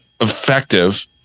effective